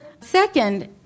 Second